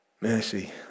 mercy